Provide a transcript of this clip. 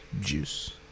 Juice